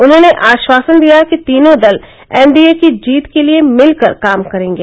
उन्होंने आश्वासन दिया कि तीनों दल एनडीए की जीत के लिए मिलकर काम करेंगे